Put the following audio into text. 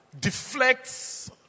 deflects